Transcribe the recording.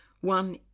one